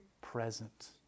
present